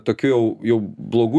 tokių jau jau blogų